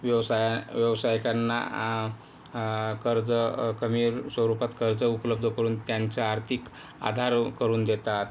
व्यवसाय व्यवसाय करणं कर्ज कमी स्वरूपात कर्ज उपलब्ध करून त्यांच्या आर्थिक आधार करून देतात